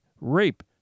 rape